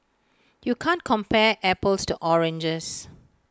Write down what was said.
you can't compare apples to oranges